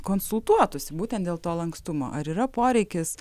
konsultuotųsi būtent dėl to lankstumo ar yra poreikis